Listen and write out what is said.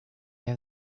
have